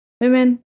women